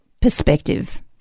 perspective